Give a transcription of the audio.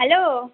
hello